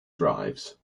drives